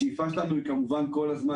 השאיפה שלנו היא כמובן ללחוץ כל הזמן